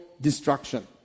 destruction